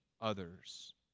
others